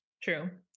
True